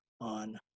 on